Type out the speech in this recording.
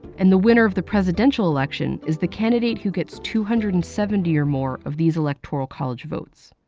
and the winner of the presidential election is the candidate who gets two hundred and seventy or more of these electoral college votes.